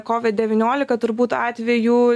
covid devyniolika turbūt atvejų